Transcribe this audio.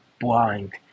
blind